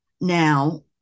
Now